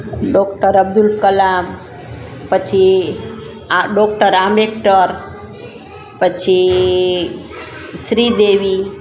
doctor Abdul Kalam પછી આ doctor Ambedkar પછી શ્રી દેવી